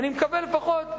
אני מקווה לפחות,